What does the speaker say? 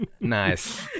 Nice